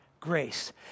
grace